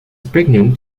pregnant